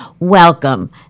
Welcome